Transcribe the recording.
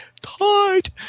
tight